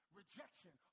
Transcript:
rejection